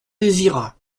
désirat